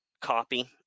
copy